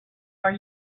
are